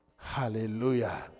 Hallelujah